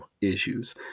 issues